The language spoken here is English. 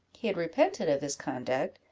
he had repented of his conduct,